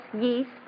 yeast